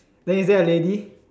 then is there a lady